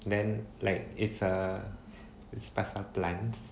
then like it's err pasal plants